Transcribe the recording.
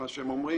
כפי שהם אומרים,